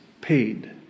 paid